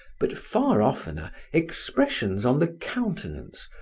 but far oftener expressions on the countenance,